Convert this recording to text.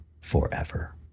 forever